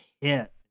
hit